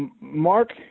Mark